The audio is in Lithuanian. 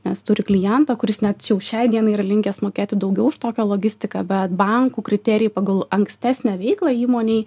nes turi klientą kuris net jau šiai dienai yra linkęs mokėti daugiau už tokią logistiką bet bankų kriterijai pagal ankstesnę veiklą įmonei